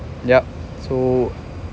yeah so